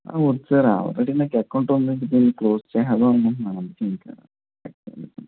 ఆ వద్దు sir already నాకు అకౌంట్ ఉంది దీన్ని క్లోస్ చేసేద్దామనుకుంటున్నాను అంతే ఇంక